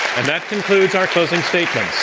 and that concludes our closing statements.